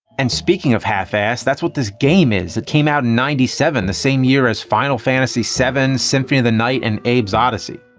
and speaking of half ass that's what this game is. it came out in ninety seven, the same year as final fantasy seven, symphony of the night, and abe's oddysey.